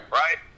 right